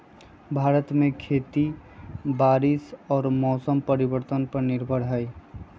भारत में खेती बारिश और मौसम परिवर्तन पर निर्भर हई